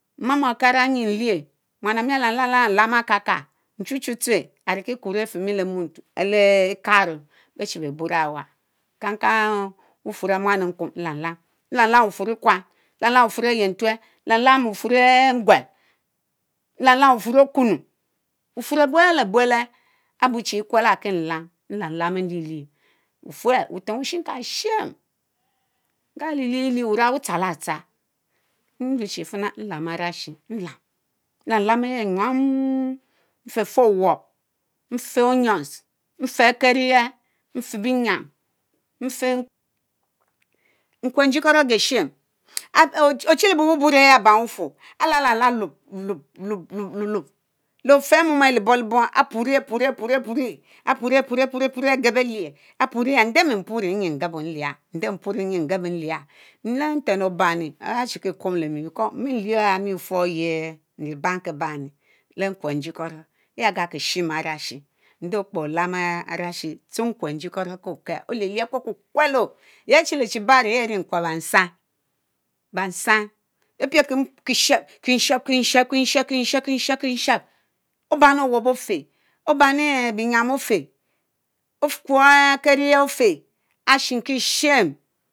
Mma ma okara enyie mlier muan ami alàmlám lam lam amakaka nmchu chu tsueh ariki kworr áfie lé muntuu, lé ekaró beá chea burá ewa; kankang bufurr E'muan E'nkum mlam-cam, mlamlam bufurr léquan nlamlam bufur áyéntuel, nlamlam bufurr E'ngwel, mlamlam bufurr okunu bufurr leh bulle leh buelleh abuchi E'kuela kie nlam; nlamlam nlielieh ofuerr butem bushimkashim ngali lie lie lieh wurang butsarra tsarr nruchie fenna nlam Arashie ntam. Nlam lam ehh emyamm, mfefeh binyam mfeh, nkwerr njikoro Ageshime olchiele bububuueh abam wufurr allalah, lop, mummelih nyi Allalalah Lop, Lop lop lop, le felt lebong Cebang ngebo are pun, are Purie ngebo slier, nten Obanni Kumlemi belaure mimi Ciels ayami nliar, nde puri Enyi ngebo nuér nten obanni aré chikie enri bamkibanni, leh efor ehh nkwerr njikoro trazakishime Arashi nde okperr olam Arashi tsue nkwerr njikoro kó Kél olielie ahh Kwelkákwello. yeachiuchibaro yeah arie nkwerr bansam, bamsan beh pie kim shep kim shep kimshep .) Obani owop ofeh, Obami benyam efeh, ohh quorr Akerierieh efeh Ashimkishame.